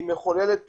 היא מחוללת פשיעה,